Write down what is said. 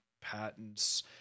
patents